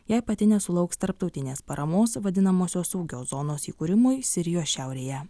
jei pati nesulauks tarptautinės paramos vadinamosios saugios zonos įkūrimui sirijos šiaurėje